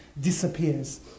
disappears